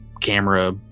camera